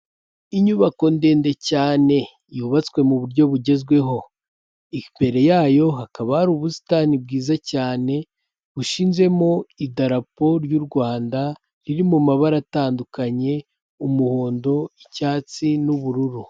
Inyubako ndende cyane yubatswe mu buryo bugezweho, imbere yayo hakaba hari ubusitani bwiza cyane bushinzemo idarapo ry'u Rwanda riri mu mabara atandukanye; umuhondo, icyatsi n'ubururu.